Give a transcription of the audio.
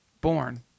Born